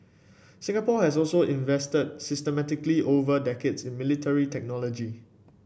Singapore has also invested systematically over decades in military technology